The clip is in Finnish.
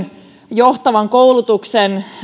johtavan koulutuksen